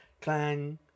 clang